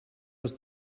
was